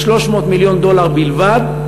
היא 300 מיליון דולר בלבד,